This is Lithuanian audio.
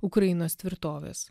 ukrainos tvirtovės